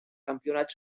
campionat